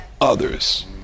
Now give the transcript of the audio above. others